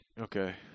Okay